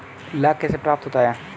लाख कैसे प्राप्त होता है?